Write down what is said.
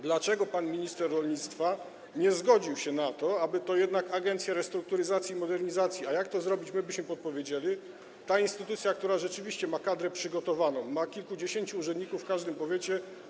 Dlaczego pan minister rolnictwa nie zgodził się na to, aby to jednak agencja restrukturyzacji i modernizacji - a jak to zrobić, my byśmy podpowiedzieli - ta instytucja, która rzeczywiście ma przygotowaną kadrę, ma kilkudziesięciu urzędników w każdym powiecie.